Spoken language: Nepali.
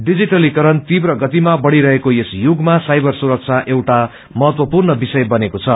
डिजिटलीकरण तीव्र गति बढ़िरहेको यस युगमा साइबर सुरक्षा एउटा महत्वपूर्ण विषय बनेको छ